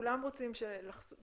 שזה מערכות ADAS,